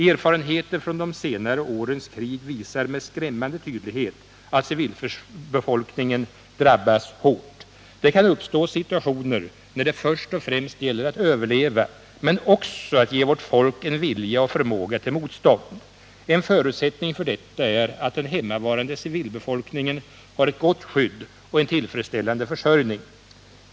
Erfarenheterna från de senare årens krig visar med skrämmande tydlighet att civilbefolkningen drabbas hårt. Det kan uppstå situationer när det först och främst gäller att överleva, men också att ge vårt folk en vilja och förmåga till motstånd. En förutsättning för detta är att den hemmavarande civilbefolkningen har ett gott skydd och en tillfredsställande försörjning.